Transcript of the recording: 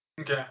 Okay